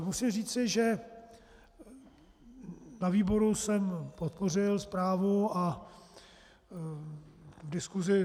Musím říci, že na výboru jsem podpořil zprávu a diskusi.